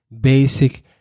basic